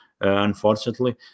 unfortunately